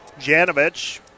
Janovich